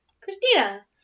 Christina